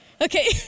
Okay